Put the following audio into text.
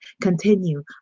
continue